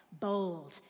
Bold